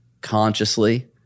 consciously